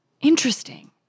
Interesting